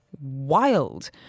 wild